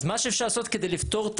אז מה שאפשר לעשות כדי לפתור,